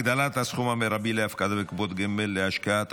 הגדלת הסכום המרבי להפקדה בקופות גמל להשקעה),